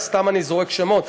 סתם אני זורק שמות,